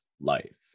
life